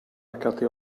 arcate